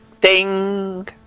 Ding